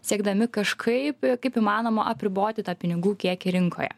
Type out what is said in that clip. siekdami kažkaip kaip įmanoma apriboti tą pinigų kiekį rinkoje